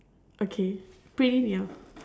okay pretty near